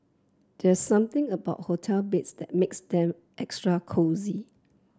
there something about hotel beds that makes them extra cosy